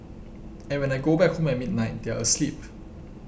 and when I go back home at midnight they are asleep